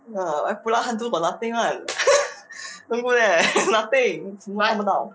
ya I pulau hantu got nothing [one] don't go there nothing 什么都听不到